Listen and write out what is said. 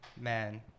man